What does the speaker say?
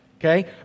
Okay